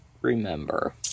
remember